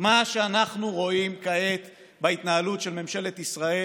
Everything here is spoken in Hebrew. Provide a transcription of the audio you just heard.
מה שאנחנו רואים כעת בהתנהלות של ממשלת ישראל,